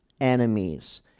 enemies